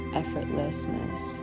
effortlessness